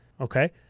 Okay